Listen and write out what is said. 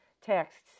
texts